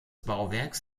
bauwerks